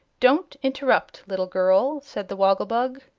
don't interrupt, little girl, said the woggle-bug.